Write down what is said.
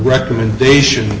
recommendation